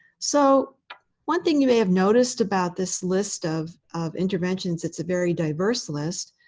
so one thing you may have noticed about this list of of interventions, it's a very diverse list,